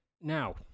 now